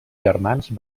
germans